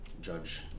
Judge